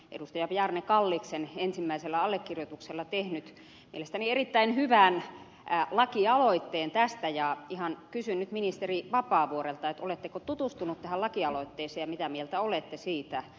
bjarne kalliksen ensimmäisellä allekirjoituksella tehnyt mielestäni erittäin hyvän lakialoitteen tästä ja ihan nyt kysyn ministeri vapaavuorelta oletteko tutustunut tähän lakialoitteeseen ja mitä mieltä olette siitä